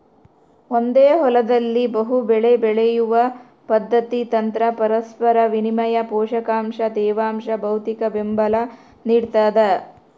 ಒಂದೇ ಹೊಲದಲ್ಲಿ ಬಹುಬೆಳೆ ಬೆಳೆಯುವ ಪದ್ಧತಿ ತಂತ್ರ ಪರಸ್ಪರ ವಿನಿಮಯ ಪೋಷಕಾಂಶ ತೇವಾಂಶ ಭೌತಿಕಬೆಂಬಲ ನಿಡ್ತದ